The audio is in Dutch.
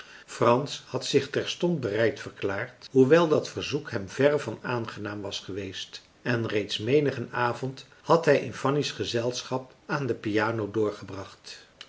frans had zich terstond bereid verklaard hoewel dat verzoek hem verre van aangenaam was geweest en reeds menigen avond had hij in fanny's gezelschap aan de piano doorgebracht